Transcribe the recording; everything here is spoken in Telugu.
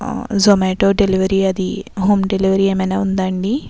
జొమాటో డెలివరీ అది హోమ్ డెలివరీ ఏమైనా ఉందా అండి